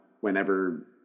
whenever